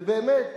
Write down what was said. ובאמת,